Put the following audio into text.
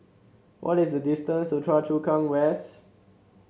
what is the distance to Choa Chu Kang West